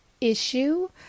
issue